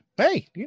Hey